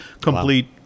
complete